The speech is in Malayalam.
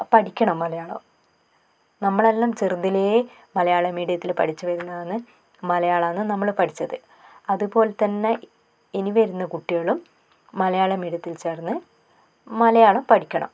പഠിക്കണം മലയാളം നമ്മൾ എല്ലാം ചെറുതിലേ മലയാള മീഡിയത്തിൽ പഠിച്ച് വരുന്നതാണ് മലയാളമാണ് നമ്മൾ പഠിച്ചത് അതുപോലെ തന്നെ ഇനി വരുന്ന കുട്ടികളും മലയാള മീഡിയത്തിൽ ചേർന്ന് മലയാളം പഠിക്കണം